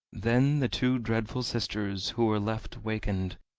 then the two dreadful sisters who were left wakened,